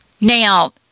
Now